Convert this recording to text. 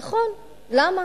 נכון, למה?